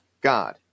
God